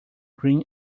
green